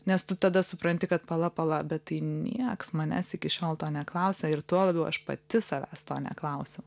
nes tu tada supranti kad pala pala bet tai nieks manęs iki šiol to neklausė ir tuo labiau aš pati savęs to neklausiau